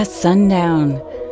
Sundown